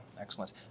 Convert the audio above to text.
excellent